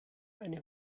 eine